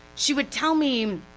she would tell me